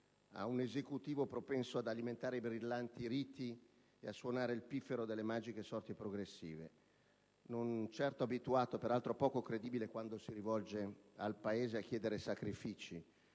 a un Esecutivo propenso ad alimentare i brillanti riti e a suonare il piffero delle magnifiche sorti e progressive, non certo abituato e peraltro poco credibile quando si rivolge al Paese per chiedere sacrifici.